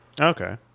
Okay